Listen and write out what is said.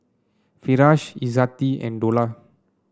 Firash Izzati and Dollah